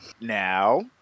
Now